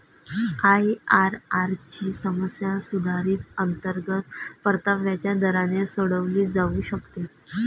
IRR ची समस्या सुधारित अंतर्गत परताव्याच्या दराने सोडवली जाऊ शकते